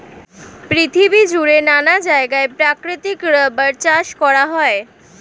পৃথিবী জুড়ে নানা জায়গায় প্রাকৃতিক রাবার চাষ করা হয়